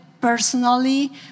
personally